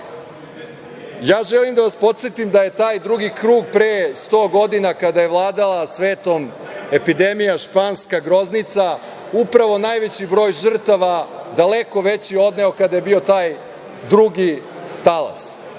sledi. Želim da vas podsetim da je taj drugi krug pre 100 godina, kada je vladala svetom epidemija Španska groznica, upravo najveći broj žrtava, daleko veći odneo kada je bio taj drugi talas.